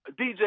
DJ